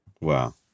wow